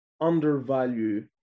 undervalue